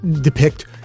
depict